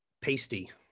Pasty